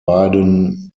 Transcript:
beiden